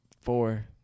four